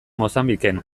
mozambiken